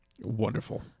Wonderful